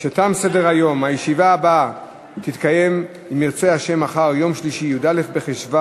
שירותי הדת היהודיים (תיקון מס' 20) נתקבלה בקריאה שנייה וקריאה שלישית.